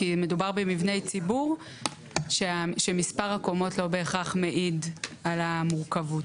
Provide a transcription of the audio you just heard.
כי מדובר במבני ציבור שמספר הקומות לא בהכרח מעיד על המורכבות.